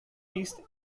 east